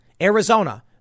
Arizona